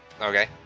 Okay